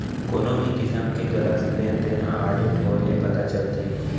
कोनो भी किसम के गलत लेन देन ह आडिट होए ले पता चलथे